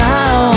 Now